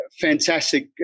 fantastic